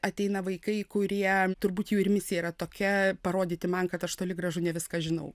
ateina vaikai kurie turbūt jų ir misija yra tokia parodyti man kad aš toli gražu ne viską žinau